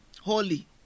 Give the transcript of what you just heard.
holy